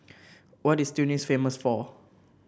what is Tunis famous for